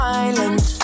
island